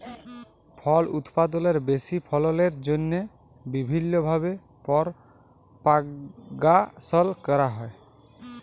ফল উৎপাদলের বেশি ফললের জ্যনহে বিভিল্ল্য ভাবে পরপাগাশল ক্যরা হ্যয়